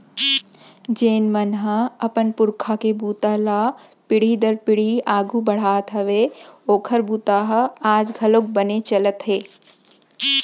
जेन मन ह अपन पूरखा के बूता ल पीढ़ी दर पीढ़ी आघू बड़हात हेवय ओखर बूता ह आज घलोक बने चलत हे